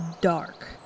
dark